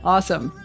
Awesome